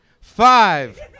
Five